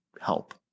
help